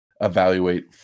evaluate